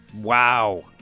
Wow